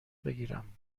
بگیرم